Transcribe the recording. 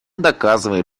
доказывает